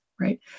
right